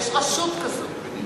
יש רשות כזאת,